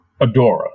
Adora